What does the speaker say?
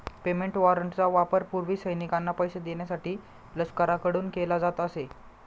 payment वॉरंटचा वापर पूर्वी सैनिकांना पैसे देण्यासाठी लष्कराकडून केला जात असे